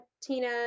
tina